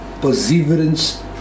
perseverance